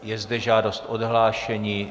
Je zde žádost o odhlášení.